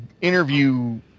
interview